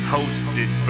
Hosted